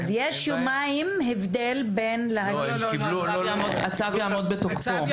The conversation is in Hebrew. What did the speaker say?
אז יש יומיים הבדל בין --- הצו יעמוד בתוקפו.